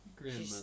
grandmother